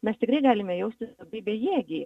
mes tikrai galime jaustis labai bejėgiai